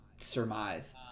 surmise